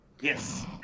Yes